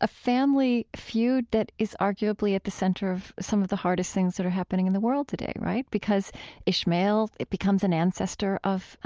a family feud that is arguably at the center of some of the hardest things that are happening in the world today, right? because ishmael, it becomes an ancestor of,